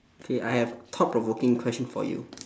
K I have thought provoking question for you